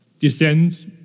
descends